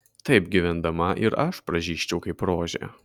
taip gyvendama ir aš pražysčiau kaip rožė